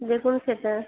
দেখুন সেটা